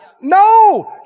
No